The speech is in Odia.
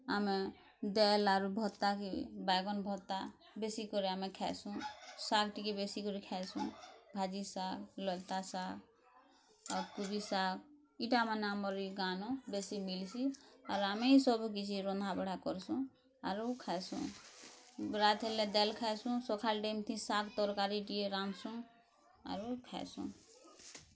ଆମେ ଦେଲ୍ ଆର୍ ଭତା କେ ବାଇଗନ୍ ଭତା ବେଶୀ କରି ଆମେ ଖାଇଁସୁଁ ଶାଗ୍ ଟିକେ ବେଶୀ କରି ଖାଇଁସୁଁ ଭାଜି ଶାଗ୍ ଲତା ଶାଗ୍ ଆଉ କୁବି ଶାଗ୍ ଇଟା ମାନେ ଆମରି ଗାଁନୁ ବେଶୀ ମିଳିଶି ଆର୍ ଆମେ ହିଁ ସବୁ କିଛି ରନ୍ଧାବଢ଼ା କରସୁଁ ଆରୁ ଖାଇଁସୁଁ ରାତ୍ ହେଲେ ଡ଼ାଲ୍ ଖାଇଁସୁଁ ସଖାଲ୍ ଡ଼େମଥି ଶାଗ୍ ତରକାରୀ ଟିକେ ରାନ୍ଧସୁଁ ଆରୁ ଖାଇଁସୁଁ